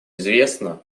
известна